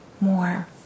more